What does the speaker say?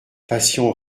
passion